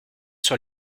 sur